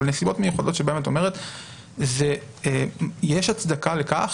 אבל נסיבות מיוחדות שבהן את אומרת שיש הצדקה לכך